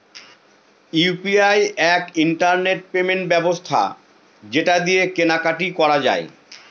UPI এক internet payment ব্যবস্থা যেটা দিয়ে কেনা কাটি করা যায়